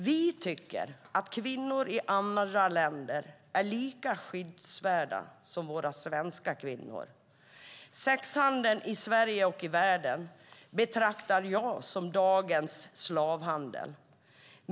Vi tycker att kvinnor i andra länder är lika skyddsvärda som våra svenska kvinnor. Sexhandel i Sverige och i världen betraktar jag som dagens slavhandel.